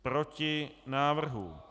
Proti návrhu.